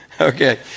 Okay